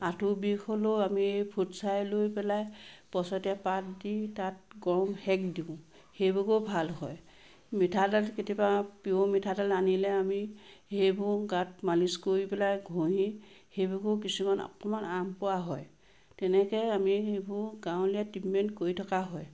আঠু বিষ হ'লও আমি ফুটছাই লৈ পেলাই পছটীয়া পাত দি তাত গৰম সেক দিওঁ সেইভাগেও ভাল হয় মিঠাতেল কেতিয়াবা পিঅ'ৰ মিঠাতেল আনিলে আমি সেইবোৰ গাত মালিচ কৰি পেলাই ঘঁহি সেইভাগেও কিছুমান অকণমান আৰাম পোৱা হয় তেনেকৈ আমি সেইবোৰ গাঁৱলীয়া ট্ৰীটমেণ্ট কৰি থকা হয়